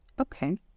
Okay